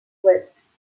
ouest